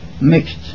mixed